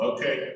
Okay